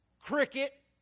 cricket